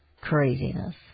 craziness